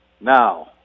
Now